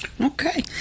Okay